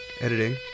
Editing